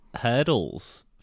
hurdles